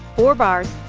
four bars.